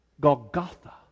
Golgotha